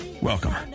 Welcome